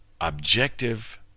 objective